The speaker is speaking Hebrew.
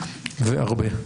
והרבה.